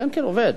כן, כן, עובד.